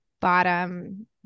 bottom